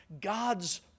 God's